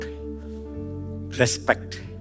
respect